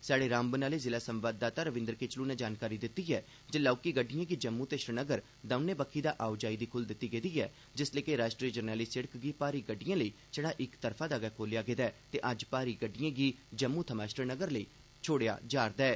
स्हाड़े रामबन आह्ले संवाददाता रविन्द्र किचलु नै जानकारी दित्ती ऐ जे लौह्की गड़िड़एं गी जम्मू ते श्रीनगर दौनें बक्खी दा आओजाई दी खुल्ल दित्ती गेदी ऐ जिसलै के राष्ट्री जरनैली सिड़क गी भारी गड्डिएं लेई छड़ा इक तरफा गै खोलेआ गेदा ऐ ते अज्ज भारी गड़िड़एं गी जम्मू थमां श्रीनगर लेई छोड़ेआ जा'रदा ऐ